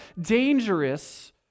dangerous